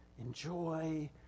enjoy